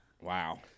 Wow